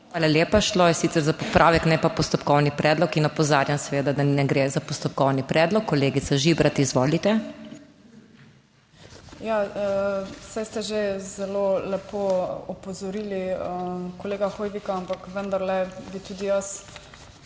Hvala lepa. Šlo je sicer za popravek, ne pa postopkovni predlog in opozarjam seveda, da ne gre za postopkovni predlog. Kolegica Žibrat, izvolite. **SARA ŽIBRAT (PS Svoboda):** Ja, saj ste že zelo lepo opozorili kolega Hoivika, ampak vendarle bi tudi jaz